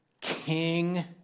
king